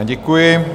Děkuji.